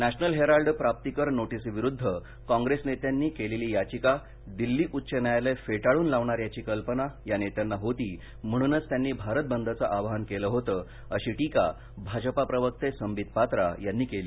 national Herald प्राप्ती कर नोटीसीविरुद्ध काँप्रेस नेत्यांनी केलेली याचिका दिल्ली उच्च न्यायालय फेटाळून लावणार याची कल्पना या नेत्यांना होती म्हणूनच त्यांनी भारत बंदचं आवाहन केलं होतं अशी टिका भाजपा प्रवक्ते संबित पात्रा यांनी केली